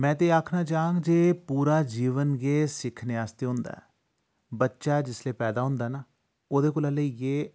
में ते आखना चाह्ङ जे पूरा जीवन गै सिक्खने आस्तै हुंदा ऐ बच्चा जिसलै पैदा होंदा ना ओह्दे कोला लेइयै